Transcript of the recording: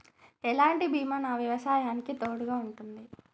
ఎలాంటి బీమా నా వ్యవసాయానికి తోడుగా ఉంటుంది?